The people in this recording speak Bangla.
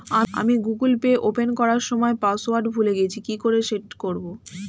আমি গুগোল পে ওপেন করার সময় পাসওয়ার্ড ভুলে গেছি কি করে সেট করব?